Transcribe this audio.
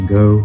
go